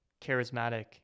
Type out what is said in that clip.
charismatic